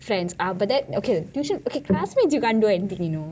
friends ah but that ok tuition ok classmates you can't do anything you know